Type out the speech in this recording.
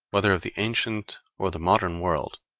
whether of the ancient or the modern world,